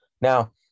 Now